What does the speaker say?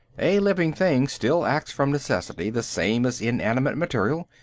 a living thing still acts from necessity, the same as inanimate material.